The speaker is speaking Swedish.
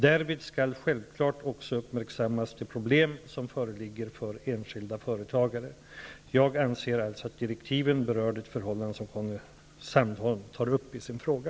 Därvid skall självklart också uppmärksammas de problem som föreligger för enskilda företagare. Jag anser alltså att direktiven berör det förhållande som Conny Sandholm tar upp i sin fråga.